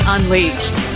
Unleashed